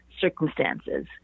circumstances